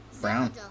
Brown